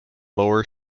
lower